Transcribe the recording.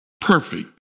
perfect